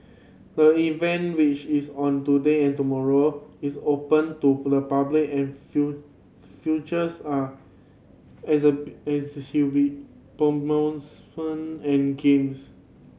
the event which is on today and tomorrow is open to public and futures are as a as and games